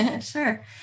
Sure